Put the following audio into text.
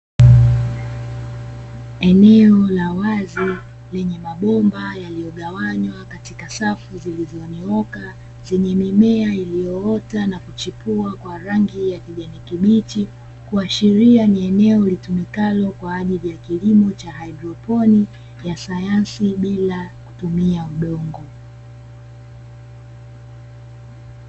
Eneo la wazi lenye mabomba yaliogawanywa katika safu zilizonyooka zenye mimea iliyoota na kuchepua kwa rangi ya kijani kibichi, kuashiria ni eneo litumikalo kwa ajili ya kilimo cha haidroponi ya sayansi bila kutumia udongo.